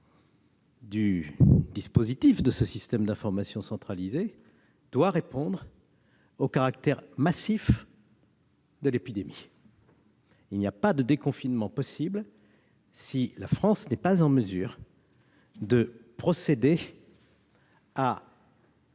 massif de ce système d'information centralisé doit répondre au caractère massif de l'épidémie. Il n'y a pas de déconfinement possible si la France n'est pas en mesure de procéder à